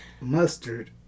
mustard